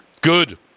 Good